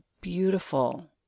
beautiful